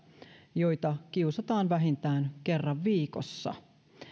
joita kiusataan vähintään kerran viikossa